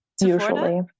Usually